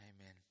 Amen